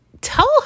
tell